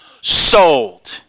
sold